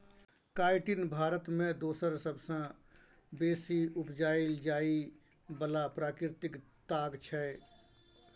chitin Bharat मे दोसर सबसँ बेसी उपजाएल जाइ बला प्राकृतिक ताग छै